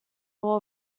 all